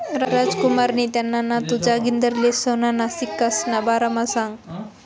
रामकुमारनी त्याना नातू जागिंदरले सोनाना सिक्कासना बारामा सांगं